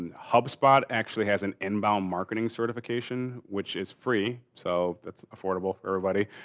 and hubspot actually has an inbound marketing certification which is free. so that's affordable for everybody.